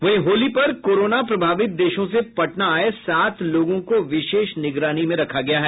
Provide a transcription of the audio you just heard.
वहीं होली पर कोरोना प्रभावित देशों से पटना आये सात लोगों को विशेष निगरानी में रखा गया है